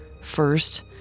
First